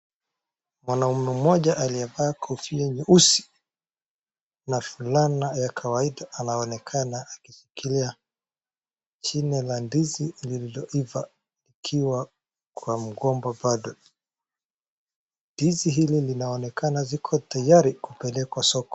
Mwanaume mmoja aliyevaa kofia nyeusi, na fulana ya kawaida anaonekana akishikilia shine la ndizi lenye lililovalimeiva likiwa kwa mgomba bado. Ndizi hili linaonekana ziko tayari kupelekwa soko.